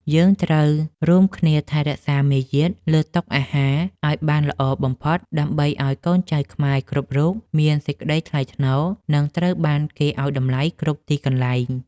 យើងត្រូវរួមគ្នាថែរក្សាមារយាទលើតុអាហារឱ្យបានល្អបំផុតដើម្បីឱ្យកូនចៅខ្មែរគ្រប់រូបមានសេចក្តីថ្លៃថ្នូរ និង ត្រូវបានគេឱ្យតម្លៃគ្រប់ទីកន្លែង។